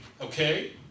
okay